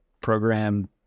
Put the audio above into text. program